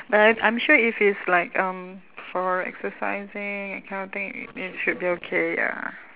but I I'm sure if it's like um for exercising that kind of thing it it should be okay ya